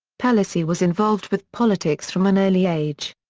pelosi was involved with politics from an early age.